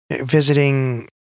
visiting